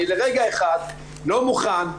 אני לרגע אחד לא מוכן,